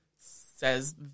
says